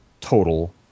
total